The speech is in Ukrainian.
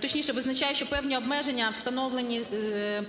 точніше визначає, що певні обмеження встановлені частинами